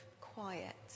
quiet